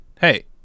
hey